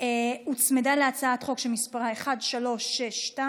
הוצמדה להצעת החוק שמספרה מ/1362.